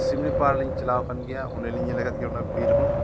ᱥᱤᱢᱲᱤ ᱯᱟᱲ ᱞᱤᱧ ᱪᱟᱞᱟᱣ ᱠᱟᱱ ᱜᱮᱭᱟ ᱚᱸᱰᱮᱞᱤᱧ ᱧᱮᱞ ᱟᱠᱟᱫ ᱜᱮᱭᱟ ᱚᱱᱟ ᱵᱤᱨ ᱦᱚᱸ